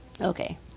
Okay